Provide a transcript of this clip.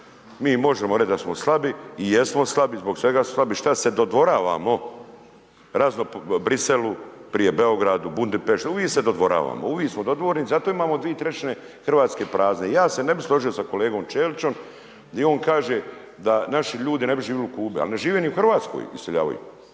Mi možemo reći da smo slabi i jesmo slabi, zbog svega smo slabi, šta se dodvoravamo razno, Briselu, prije Beogradu, Budimpešti, uvijek se dodvoravamo, uvijek smo dodvornik zato imamo 2/3 Hrvatske prazne. I ja se ne bih složio sa kolegom Ćelićem gdje on kaže da naši ljudi ne bi živjeli u Kubi, ali ne žive ni u Hrvatskoj, iseljavaju.